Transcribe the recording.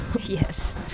Yes